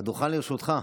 הדוכן לרשותך.